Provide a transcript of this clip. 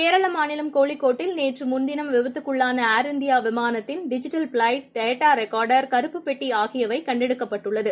கேரளமாநிலம் கோழிக்கோட்டில் நேற்றுமுன்தினம் விபத்துக்குள்ளான ஏர் இந்தியாவிமானத்தின் டிஜிட்டல் பிளைட் டேட்டாரெக்காா்டா் கருப்புப்பெட்டிஆகியவைகண்டெடுக்கப்பட்டுள்ளது